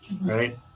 right